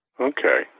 Okay